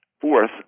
Fourth